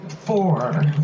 Four